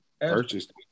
purchased